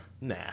nah